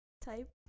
type